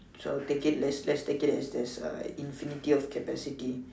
so take it let's let's take it as this uh infinity of capacity